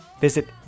Visit